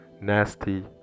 nasty